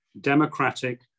democratic